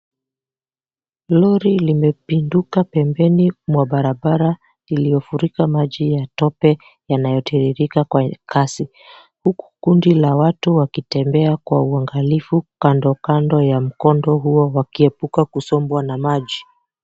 Lori limepinduka pembeni mwa barabara iliyofurika maji ya tope yanayotiririka kwa kasi huku kundi la watu wakitembea kwa uangalifu kandokando ya mkondo huo wakiepuka kusombwa na maji.